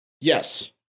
Yes